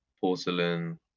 porcelain